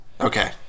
Okay